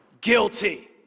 guilty